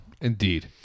Indeed